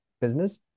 business